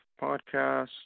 podcast